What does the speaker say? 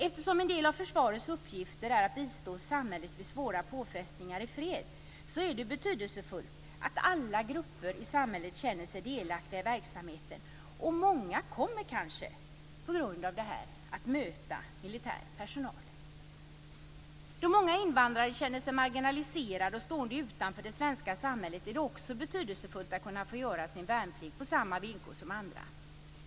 Eftersom en del av försvarets uppgifter är att bistå samhället vid svåra påfrestningar i fred är det betydelsefullt att alla grupper i samhället känner sig delaktiga i verksamheten. Många kommer kanske att möta militär personal på grund av detta. Då många invandrare känner sig marginaliserade och stående utanför det svenska samhället är det också betydelsefullt att kunna få göra sin värnplikt på samma villkor som andra.